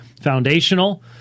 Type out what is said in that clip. foundational